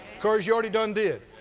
because you already done did.